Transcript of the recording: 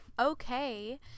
okay